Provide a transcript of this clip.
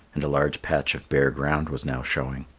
and a large patch of bare ground was now showing.